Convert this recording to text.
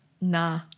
nah